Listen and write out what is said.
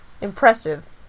impressive